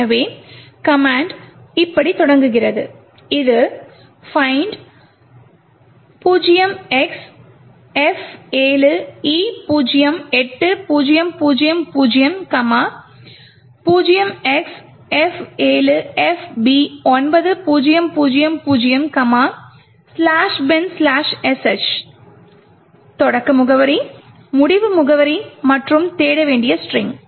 எனவே கமாண்ட் இப்படி தொடங்குகிறது இது gdb find 0xF7E08000 0xF7FB9000 "binsh" தொடக்க முகவரி முடிவு முகவரி மற்றும் தேட வேண்டிய ஸ்ட்ரிங்க்